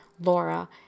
Laura